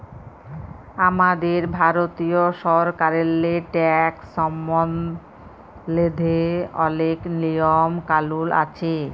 আমাদের ভারতীয় সরকারেল্লে ট্যাকস সম্বল্ধে অলেক লিয়ম কালুল আছে